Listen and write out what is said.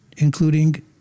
including